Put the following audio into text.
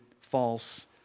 false